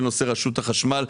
בנושא רשות החשמל,